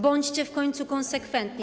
Bądźcie w końcu konsekwentni.